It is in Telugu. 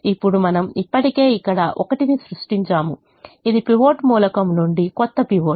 ఇప్పుడు మనము ఇప్పటికే ఇక్కడ 1 ని సృష్టించాము ఇది పైవట్ మూలకం నుండి కొత్త పివట్